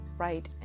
right